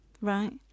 Right